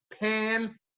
Pan